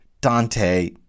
Dante